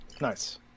Nice